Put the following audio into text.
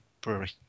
brewery